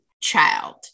child